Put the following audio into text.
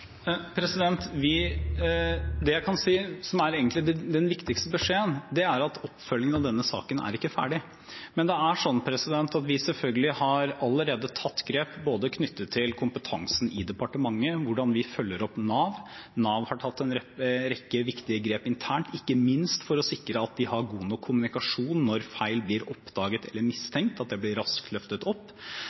Det jeg kan si, og det som egentlig er den viktigste beskjeden, er at oppfølgingen av denne saken ikke er ferdig. Men vi har selvfølgelig allerede tatt grep både knyttet til kompetansen i departementet og hvordan vi følger opp Nav. Nav har tatt en rekke viktige grep internt, ikke minst for å sikre at de har god nok kommunikasjon når feil blir oppdaget eller mistenkt, at det blir raskt løftet opp.